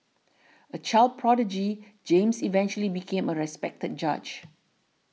a child prodigy James eventually became a respected judge